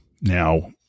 now